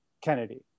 kennedy